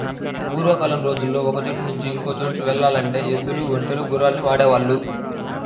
పూర్వకాలం రోజుల్లో ఒకచోట నుంచి ఇంకో చోటుకి యెల్లాలంటే ఎద్దులు, ఒంటెలు, గుర్రాల్ని వాడేవాళ్ళు